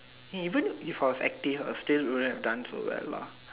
even if I was active I still wouldn't have done so well lah